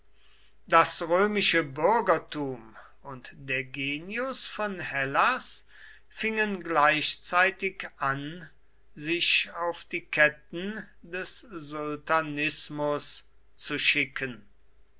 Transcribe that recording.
das römische bürgertum und der genius von hellas fingen gleichzeitig an sich auf die ketten des sultanismus zu schicken